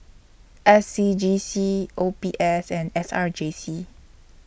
S C G C O B S and S R J C